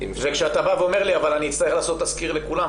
וכשאתה בא ואומר לי: אבל אני אצטרך לעשות תסקיר לכולם,